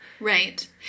Right